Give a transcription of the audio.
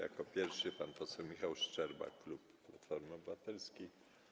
Jako pierwszy pyta pan poseł Michał Szczerba, klub Platforma Obywatelska.